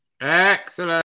Excellent